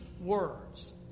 words